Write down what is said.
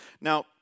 Now